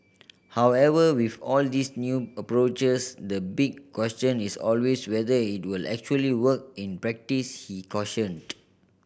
however with all these new approaches the big question is always whether it will actually work in practice he cautioned